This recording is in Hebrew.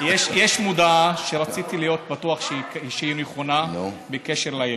יש הודעה שרציתי להיות בטוח שהיא נכונה בקשה בקשר לילד,